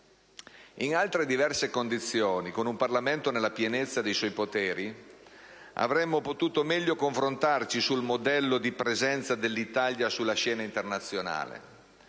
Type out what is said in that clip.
In altre, diverse condizioni, con un Parlamento nella pienezza dei suoi poteri, avremmo potuto meglio confrontarci sul modello di presenza dell'Italia sulla scena internazionale,